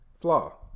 flaw